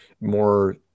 more